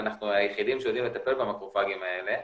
ואנחנו היחידים שיודעים לטפל במקרופגים האלה,